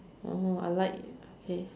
oh I like okay